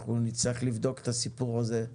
אנחנו נצטרך לבדוק את הסיפור הזה,